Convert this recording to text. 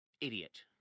idiot